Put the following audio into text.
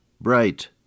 bright